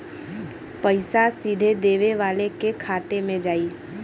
पइसा सीधे देवे वाले के खाते में जाई